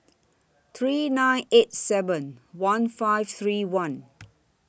three nine eight seven one five three one